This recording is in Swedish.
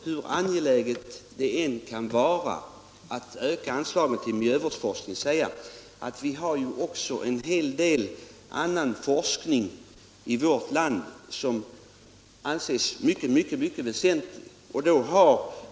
Hur angeläget det än kan vara att öka anslaget till miljövårdsforskning, har vi ändå även en hel del annan forskning i vårt land som anses mycket väsentlig.